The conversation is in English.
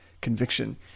conviction